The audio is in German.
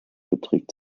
beträgt